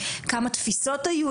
כמה תפיסות היו,